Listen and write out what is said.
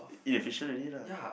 inefficient already lah